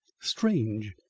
Strange